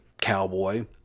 cowboy